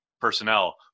personnel